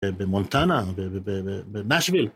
במונטאנה, בנאשוויל.